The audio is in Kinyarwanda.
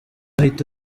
ahita